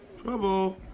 Trouble